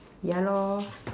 ya lor